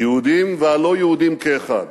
היהודים והלא-יהודים כאחד,